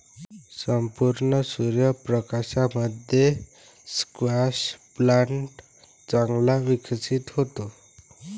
संपूर्ण सूर्य प्रकाशामध्ये स्क्वॅश प्लांट चांगला विकसित होतो